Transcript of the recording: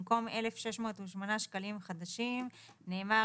במקום "1,608 שקלים חדשים" נאמר